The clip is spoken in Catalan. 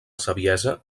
saviesa